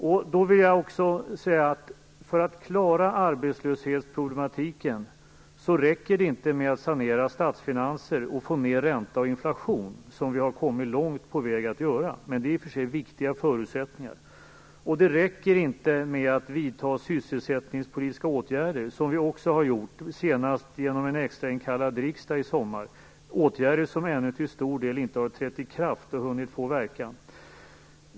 Jag vill också säga, att för att klara arbetslöshetsproblematiken räcker det inte med att sanera statsfinanser och få ned ränta och inflation, även om det i och för sig är viktiga förutsättningar, som vi har kommit långt på vägen med. Det räcker inte med att vidta sysselsättningspolitiska åtgärder, som vi också har gjort, senast genom en extrainkallad riksdag i somras. Det är åtgärder som till stor del ännu inte har trätt i kraft och inte har hunnit verka.